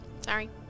Sorry